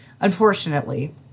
unfortunately